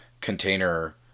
container